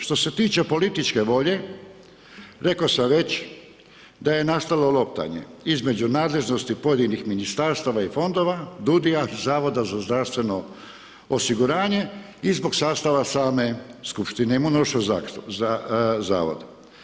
Što se tiče političke volje, rekao sam već da je nastalo loptanje između nadležnosti pojedinih ministarstava i fondova, DUUDI-ja, Zavoda za zdravstveno osiguranje i zbog sastava same skupštine Imunološkog zavoda.